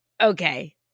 okay